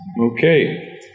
Okay